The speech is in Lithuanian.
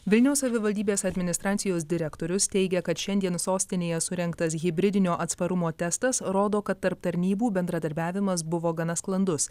vilniaus savivaldybės administracijos direktorius teigia kad šiandien sostinėje surengtas hibridinio atsparumo testas rodo kad tarp tarnybų bendradarbiavimas buvo gana sklandus